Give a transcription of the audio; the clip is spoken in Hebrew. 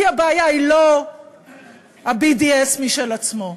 כי הבעיה היא לא ה-BDS כשלעצמו,